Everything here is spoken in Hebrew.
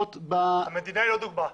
המדינה היא לא דוגמה.